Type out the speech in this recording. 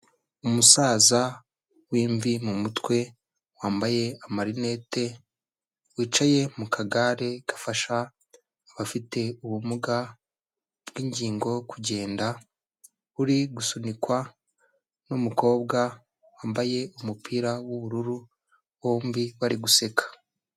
Umusaza w'imvi mu mutwe, wambaye amarinete, wicaye mu kagare gafasha abafite ubumuga bw'ingingo kugenda, uri gusunikwa n'umukobwa wambaye umupira w'ubururu bombi bari guseka.